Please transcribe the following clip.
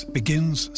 begins